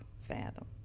fathom